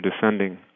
descending